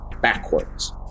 backwards